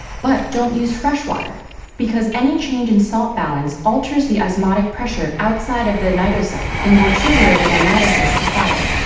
but don't use fresh water because any change in salt balance alters the osmotic pressure outside of the cnidocyte and will trigger the nematocyst to fire.